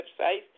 website